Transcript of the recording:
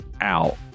out